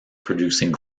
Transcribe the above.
producing